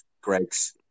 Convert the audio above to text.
Greg's